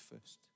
first